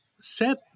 set